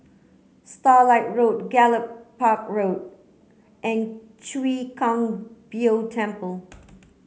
Starlight Road Gallop Park Road and Chwee Kang Beo Temple